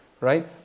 right